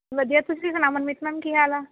ਵਧੀਆ ਤੁਸੀਂ ਸੁਣਾਓ ਮਨਮੀਤ ਮੈਮ ਕੀ ਹਾਲ ਆ